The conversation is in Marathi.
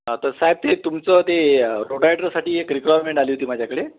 हा तर साहेब ते तुमचं ते रोटायडरसाठी एक रिक्वायरमेंट आली होती माझ्याकडे